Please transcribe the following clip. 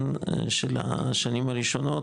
של השנים הראשונות,